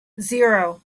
zero